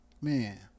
man